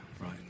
Right